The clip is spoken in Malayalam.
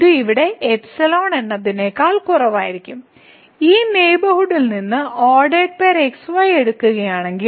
ഇത് ഇവിടെ എന്നതിനേക്കാൾ കുറവായിരിക്കും ഈ നെയ്ബർഹുഡിൽ നിന്ന് x y എടുക്കുകയാണെങ്കിൽ